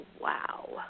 wow